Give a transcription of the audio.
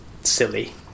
silly